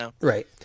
right